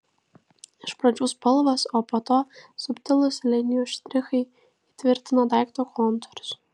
iš pradžių spalvos o po to subtilūs linijų štrichai įtvirtina daikto kontūrus